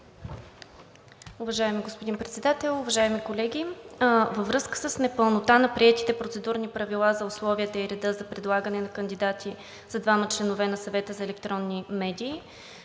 Уважаеми господин Председател, уважаеми колеги! Във връзка с непълнота на приетите процедурни правила за условията и реда за предлагане на кандидати за двама членове на Съвета за електронни медии,